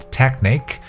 technique